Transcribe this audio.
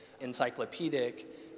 encyclopedic